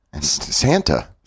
Santa